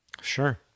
Sure